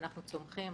אנחנו צומחים,